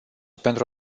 pentru